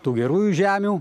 tų gerųjų žemių